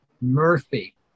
Murphy